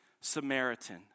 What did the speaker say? Samaritan